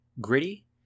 gritty